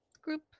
group